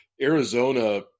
Arizona